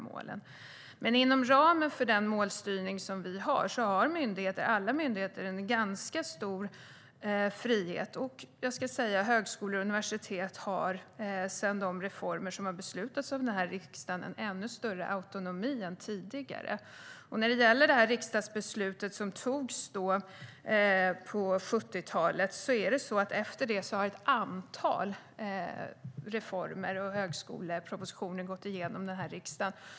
Men inom ramen för den målstyrningen har alla myndigheter en ganska stor frihet. Jag skulle säga att högskolor och universitet efter de reformer som har beslutats av riksdagen har en ännu större autonomi än tidigare. När det gäller riksdagsbeslutet som togs på 70-talet är det så att efter det har ett antal reformer och högskolepropositioner gått igenom i riksdagen.